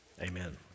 Amen